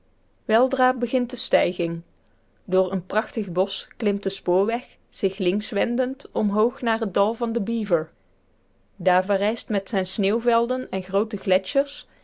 weldra begint de stijging door een prachtig bosch klimt de spoorweg zich links wendend omhoog naar het dal van de beaver daar verrijst met zijne sneeuwvelden en groote